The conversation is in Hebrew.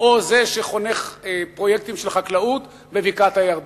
או זה שחונך פרויקטים של חקלאות בבקעת-הירדן.